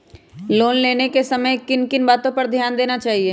Loan लेने के समय किन किन वातो पर ध्यान देना चाहिए?